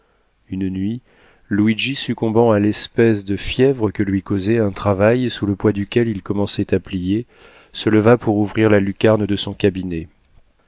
une nuit luigi succombant à l'espèce de fièvre que lui causait un travail sous le poids duquel il commençait à plier se leva pour ouvrir la lucarne de son cabinet